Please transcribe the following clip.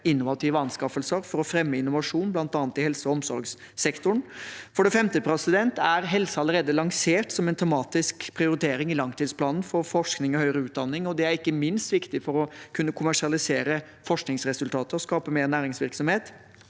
innovative anskaffelser for å fremme innovasjon, bl.a. i helse- og omsorgssektoren. For det femte er helse allerede lansert som en tematisk prioritering i langtidsplanen for forskning og høyere utdanning. Det er ikke minst viktig for å kunne kommersialisere forskningsresultater og skape mer næringsvirksomhet.